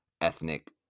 ethnic